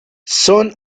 son